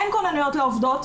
אין כוננויות לעובדות.